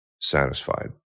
satisfied